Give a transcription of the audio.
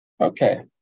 Okay